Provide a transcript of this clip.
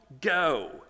go